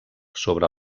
sobre